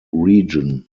region